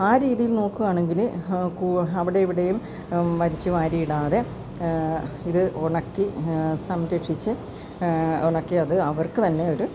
ആ രീതിയിൽ നോക്കുവാണെങ്കില് അവടെയിവിടെയും വലിച്ചുവാരിയിടാതെ ഇത് ഉണക്കി സംരക്ഷിച്ച് ഉണക്കിയത് അവർക്ക് തന്നെ ഒര്